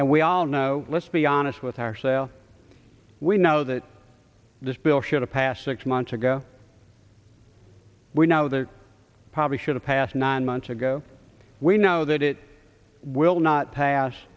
and we all know let's be honest with ourselves we know that this bill should have past six months ago we now the public should have passed nine months ago we know that it will not pass